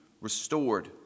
restored